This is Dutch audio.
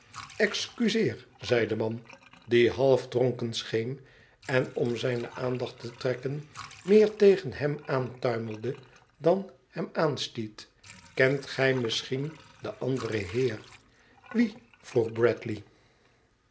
hem i'xcuseer zeide man die halfdronken scheen en om zijne aandacht te trekken meer tegen hem aantuimelde dan hem aanstiet kent gij misschien den anderen heer wien vroeg bradley